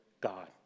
God